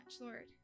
Lord